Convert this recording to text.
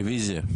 תשעה.